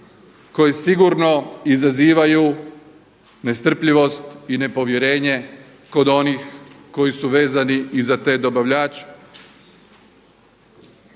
koji sigurno izazivaju nestrpljivost i nepovjerenje kod onih koji su vezani i za te dobavljače.